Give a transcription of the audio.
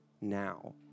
now